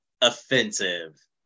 offensive